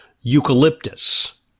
eucalyptus